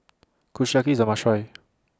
Kushiyaki IS A must Try